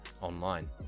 online